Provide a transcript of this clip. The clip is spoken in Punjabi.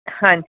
ਹਾਂਜੀ